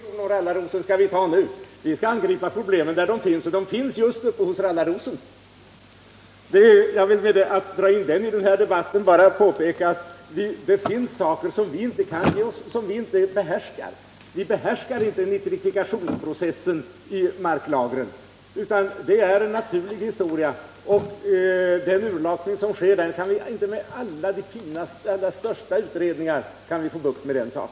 Herr talman! Nej, Bengt Silfverstrand, diskussionen om Rallarrosen skall vi ta nu. Vi skall angripa problemen där de finns och de finns just där Rallarrosen växer. Genom att dra in den växten i debatten har jag bara velat understryka att det finns saker som vi inte behärskar. Vi behärskar inte nitrifikationsprocessen i marklagren, utan det är en naturlig historia. Den utlakning som sker där kan vi inte få bukt med, ens med de finaste och största utredningar.